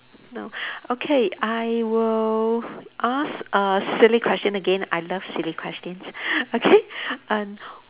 no okay I will ask a silly question again I love silly question okay and